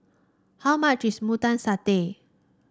how much is Mutton Satay